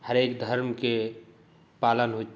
हरेक धर्मके पालन होयत